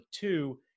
two